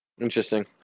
Interesting